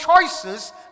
choices